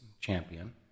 Champion